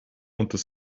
unter